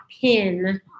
pin